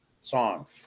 song